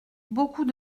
beaucoup